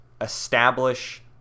establish